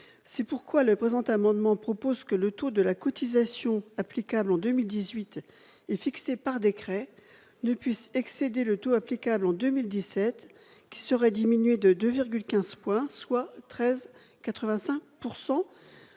C'est pourquoi le présent amendement prévoit que le taux de la cotisation applicable en 2018, et fixé par décret, ne puisse excéder le taux applicable en 2017, qui serait diminué de 2,15 points, soit 13,85